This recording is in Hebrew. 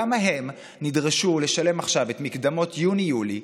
למה הם נדרשו לשלם עכשיו את מקדמות יוני-יולי,